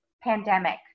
pandemic